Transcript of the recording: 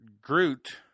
Groot